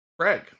Craig